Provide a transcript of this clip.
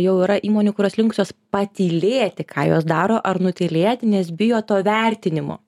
jau yra įmonių kurios linkusios patylėti ką jos daro ar nutylėti nes bijo to vertinimo